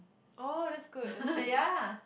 orh that's good that's good